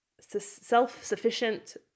self-sufficient